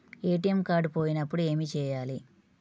ATM card పోయినప్పుడు ఏమి చేయాలి?